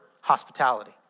hospitality